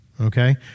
Okay